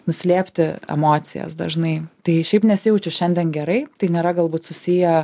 nuslėpti emocijas dažnai tai šiaip nesijaučiu šiandien gerai tai nėra galbūt susiję